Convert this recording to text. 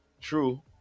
true